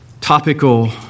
topical